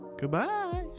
Goodbye